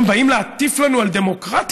הם באים להטיף לנו על דמוקרטיה?